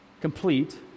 complete